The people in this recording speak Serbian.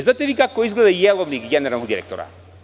Znate li vi kako izgleda jelovnik generalnog direktora?